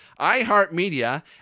iHeartMedia